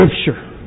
Scripture